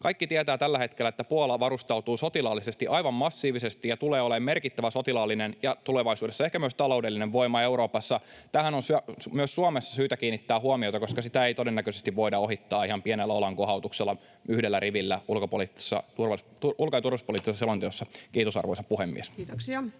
kaikki tietävät tällä hetkellä, että Puola varustautuu sotilaallisesti aivan massiivisesti ja tulee olemaan merkittävä sotilaallinen ja tulevaisuudessa ehkä myös taloudellinen voima Euroopassa. Tähän on myös Suomessa syytä kiinnittää huomiota, koska sitä ei todennäköisesti voida ohittaa ihan pienellä olankohautuksella, yhdellä rivillä ulko‑ ja turvallisuuspoliittisessa selonteossa. [Puhemies